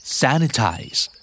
sanitize